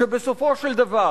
ובסופו של דבר